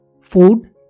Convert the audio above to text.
food